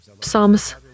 psalms